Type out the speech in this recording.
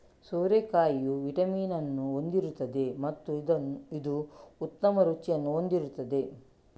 ಸೋರೆಕಾಯಿಯು vitamin ಅನ್ನು ಹೊಂದಿರುತ್ತದೆ ಮತ್ತು ಇದು ಉತ್ತಮ ರುಚಿಯನ್ನು ಹೊಂದಿರುತ್ತದೆ